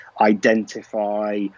identify